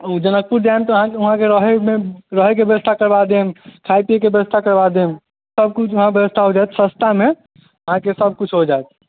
ओ जनकपुर जायब तऽ अहाँके उहाँ रहैके रहैके व्यवस्था करवा देब खाइ पियैके व्यवस्था करवा देब सभकिछु हँ व्यवस्था हो जायत सस्तामे अहाँके सभकिछु हो जायत